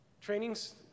Training's